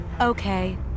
okay